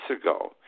ago